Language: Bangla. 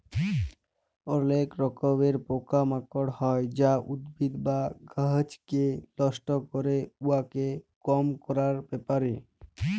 অলেক রকমের পকা মাকড় হ্যয় যা উদ্ভিদ বা গাহাচকে লষ্ট ক্যরে, উয়াকে কম ক্যরার ব্যাপার